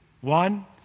One